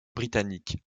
britanniques